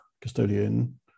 custodian